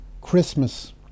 Christmas